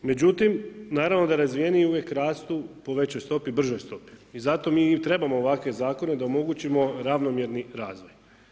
Međutim, naravno da razvijeniji uvijek rastu po većoj stopi i bržoj stopi i zato mi i trebamo ovakve zakone da omogućimo ravnomjerni razvoj.